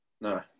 No